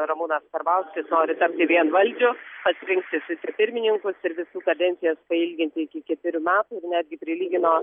ramūnas karbauskis nori tapti vienvaldžiu pats rinktis vicepirmininkus ir visų kadencijas pailginti iki ketverių metų ir netgi prilygino